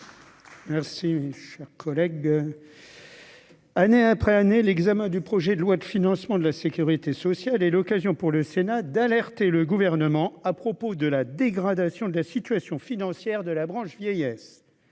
Merci, cher collègue. Année après année, l'examen du projet de loi de financement de la sécurité sociale et l'occasion pour le Sénat d'alerter le gouvernement à propos de la dégradation de la situation financière de la branche vieillesse